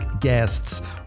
guests